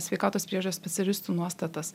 sveikatos priežiūros specialistų nuostatas